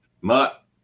Mutt